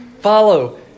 follow